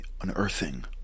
unearthing